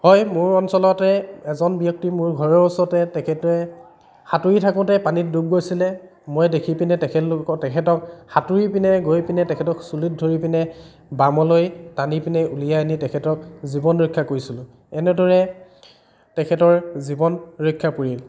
হয় মোৰ অঞ্চলতে এজন ব্যক্তি মোৰ ঘৰৰ ওচৰতে তেখেতে সাঁতুৰি থাকোঁতে পানীত ডুব গৈছিলে মই দেখি পিনে তেখেতলোকক তেখেতক সাঁতুৰি পিনে গৈ পিনে তেখেতক চুলিত ধৰি পিনে বামলৈ টানি পিনে উলিয়াই আনি তেখেতক জীৱন ৰক্ষা কৰিছিলোঁ এনেদৰে তেখেতৰ জীৱন ৰক্ষা পৰিল